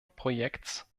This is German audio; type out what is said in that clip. projekts